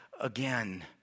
again